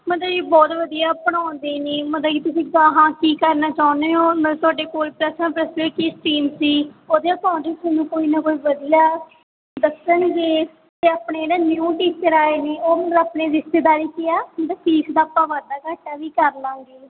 ਮਤਲਬ ਜੀ ਬਹੁਤ ਵਧੀਆ ਪੜ੍ਹਾਉਂਦੇ ਨੇ ਮਤਲਬ ਕਿ ਤੁਸੀਂ ਅਗਾਂਹ ਕੀ ਕਰਨਾ ਚਾਹੁੰਦੇ ਹੋ ਨਾਲੇ ਤੁਹਾਡੇ ਕੋਲ ਪਲੱਸ ਵੰਨ ਪਲੱਸ ਟੂ 'ਚ ਕੀ ਸਟੀਮ ਸੀ ਉਹਦੇ ਅਕੋਰਡਿੰਗ ਤੁਹਾਨੂੰ ਕੋਈ ਨਾ ਕੋਈ ਵਧੀਆ ਦੱਸਣਗੇ ਅਤੇ ਆਪਣੇ ਜਿਹੜੇ ਨਿਊ ਟੀਚਰ ਆਏ ਨੇ ਉਹ ਮਤਲਬ ਆਪਣੇ ਰਿਸ਼ਤੇਦਾਰੀ 'ਚ ਹੀ ਹੈ ਉਹਨਾਂ ਦਾ ਫੀਸ ਦਾ ਆਪਾਂ ਵਾਧਾ ਘਾਟਾ ਵੀ ਕਰ ਲਾਂਗੇ